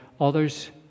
others